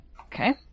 Okay